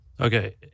Okay